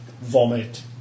Vomit